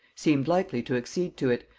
seemed likely to accede to it,